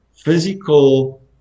Physical